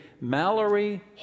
Mallory